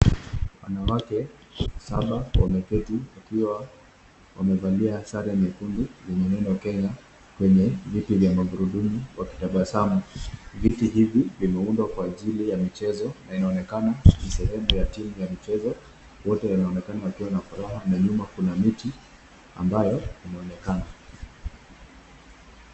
Wanawake saba wameketi wakiwa wamevalia sare nyekundu yenye neno Kenya kwenye viti vya magurudumu wakitabasamu. Viti hivi vimeundwa kwa ajili ya michezo na inaonekana ni sehemu ya timu ya michezo, wote wanaonekana wakiwa na furaha na nyuma kuna miti ambayo inaonekana.